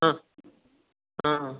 ஆ ஆ